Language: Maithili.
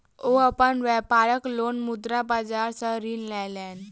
ओ अपन व्यापारक लेल मुद्रा बाजार सॅ ऋण लेलैन